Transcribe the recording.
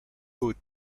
boot